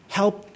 help